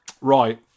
Right